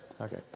okay